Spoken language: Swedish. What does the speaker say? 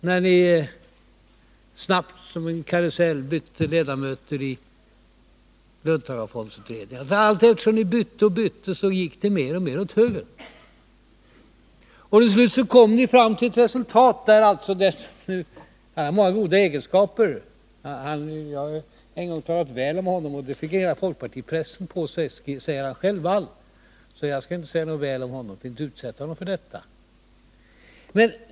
Jag vill också peka på karusellen i löntagarfondsutredningen, där ni bytte ledamöter i snabb takt. Allteftersom ni bytte ut dem gick ni mer och mer åt höger. Jag har en gång talat väl om Wall, vilken då fick hela folkpartipressen på sig, och jag skall inte utsätta honom för det än en gång.